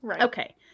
Okay